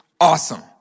awesome